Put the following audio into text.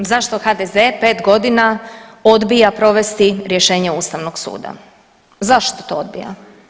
Zašto HDZ pet godina odbija provesti rješenje ustavnog suda, zašto to odbija.